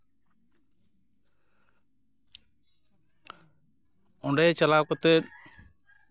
ᱚᱸᱰᱮ ᱪᱟᱞᱟᱣ ᱠᱟᱛᱮᱫ